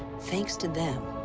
thanks to them,